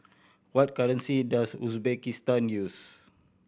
what currency does Uzbekistan use